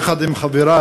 יחד עם חבריו